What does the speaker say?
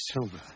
silver